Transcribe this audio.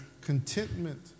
contentment